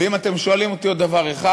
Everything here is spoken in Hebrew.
ואם אתם שואלים אותי עוד דבר אחד,